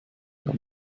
der